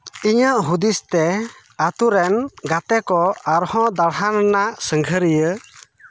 ᱤᱧᱟᱹᱜ ᱦᱩᱫᱤᱥ ᱛᱮ ᱟᱛᱳ ᱨᱮᱱ ᱜᱟᱛᱮ ᱠᱚ ᱟᱨᱦᱚᱸ ᱫᱟᱲᱦᱟᱝ ᱨᱮᱭᱟᱜ ᱥᱟᱹᱜᱷᱟᱹᱨᱤᱭᱟᱹ